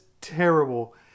terrible